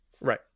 Right